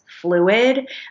fluid